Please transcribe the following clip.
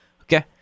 Okay